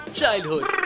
childhood